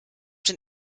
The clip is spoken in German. den